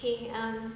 okay ah